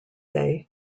day